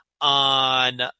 on